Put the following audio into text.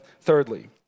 thirdly